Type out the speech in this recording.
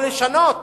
או לשנות,